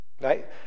right